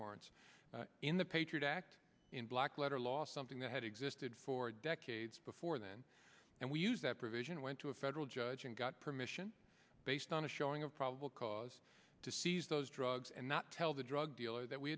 warrants in the patriot act in black letter law something that had existed for decades before then and we use that provision went to a federal judge and got permission based on a show probable cause to seize those drugs and not tell the drug dealer that we